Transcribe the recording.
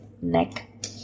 neck